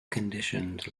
conditioned